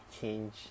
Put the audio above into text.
change